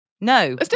no